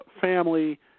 family